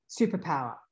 superpower